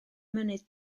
mynydd